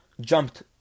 jumped